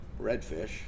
redfish